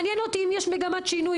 מעניין אותי אם יש מגמת שינוי,